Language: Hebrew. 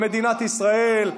במדינת ישראל.